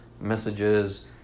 messages